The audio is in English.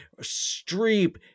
Streep